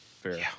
Fair